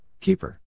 Keeper